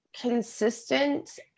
consistent